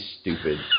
stupid